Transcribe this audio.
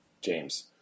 James